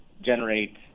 generate